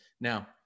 now